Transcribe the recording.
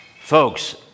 Folks